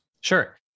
Sure